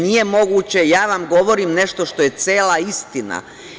Nije moguće, ja vam govorim nešto što je cela istina.